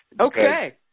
Okay